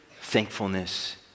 thankfulness